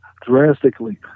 drastically